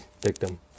victim